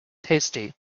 tasty